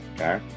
okay